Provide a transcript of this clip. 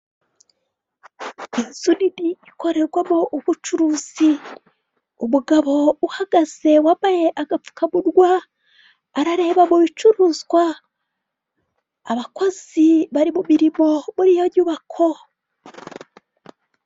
Suridi ikorerwamo ubucuruzi. Umugabo uhagaze wambaye agapfukamunwa, arareba mu bicuruzwa. Abakozi bari mu mirimo bari muri iyo nyubako.